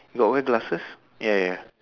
got wear glasses ya ya